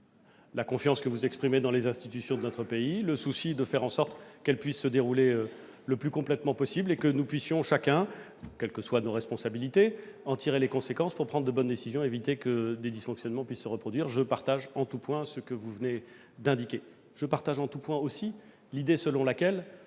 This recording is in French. la confiance que vous exprimez dans les institutions de notre pays, le souci de faire en sorte qu'elles puissent jouer leur rôle le plus complètement possible et que nous puissions tous, quelles que soient nos responsabilités, en tirer les conséquences pour prendre de bonnes décisions et éviter que des dysfonctionnements ne se reproduisent. Je partage en tout point aussi l'idée selon laquelle